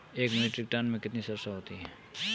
एक metric ton में कितनी सरसों होती है?